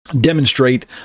demonstrate